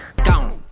count